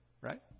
right